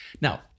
Now